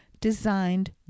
designed